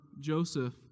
Joseph